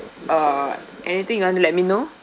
uh anything you want to let me know